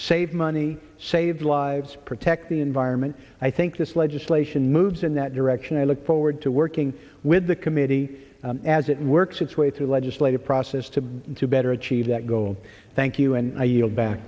save money save lives protect the environment i think this legislation moves in that direction i look forward to working with the committee as it works its way through the legislative process to to better achieve that goal thank you and i yield back